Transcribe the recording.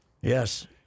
Yes